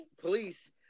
police